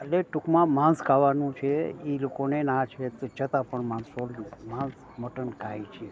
એટલે ટૂંકમાં માંસ ખાવાનું છે એ લોકોને ના છે તો છતાં પણ માણસો માંસ મટન ખાય છે